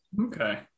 Okay